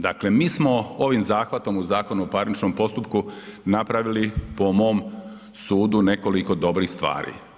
Dakle, mi smo ovih zahvatom u Zakonu o parničnom postupku napravili po mom sudu nekoliko dobrih stvari.